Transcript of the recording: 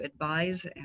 advise